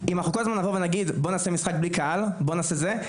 אם אנחנו כל הזמן נבוא ונגיד בוא נעשה משחק בלי קהל בוא נעשה זה,